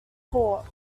port